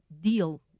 deal